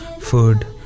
food